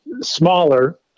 smaller